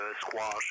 squash